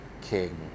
King